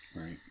Right